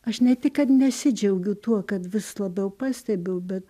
aš ne tik kad nesidžiaugiu tuo kad vis labiau pastebiu bet